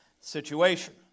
situation